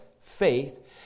faith